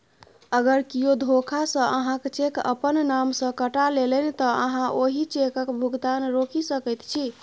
अगर कियो धोखासँ अहाँक चेक अपन नाम सँ कटा लेलनि तँ अहाँ ओहि चेकक भुगतान रोकि सकैत छी